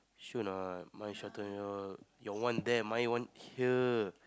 sure not mine shorter than your your one there my one here